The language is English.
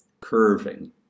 curving